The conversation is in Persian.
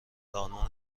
آلمان